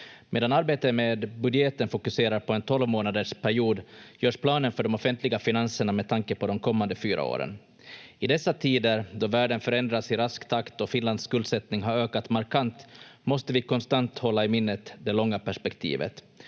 Medan arbetet med budgeten fokuserar på en 12 månaders period, görs planen för de offentliga finanserna med tanke på de kommande fyra åren. I dessa tider då världen förändras i rask takt och Finlands skuldsättning har ökat markant måste vi konstant hålla i minnet det långa perspektivet.